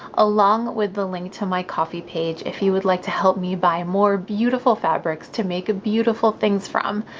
along with the link to my ko-fi page if you'd like to help me buy more beautiful fabrics to make beautiful things from.